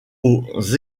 aux